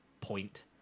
point